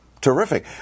Terrific